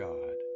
God